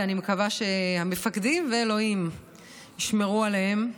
ואני מקווה שהמפקדים ואלוהים ישמרו עליהם.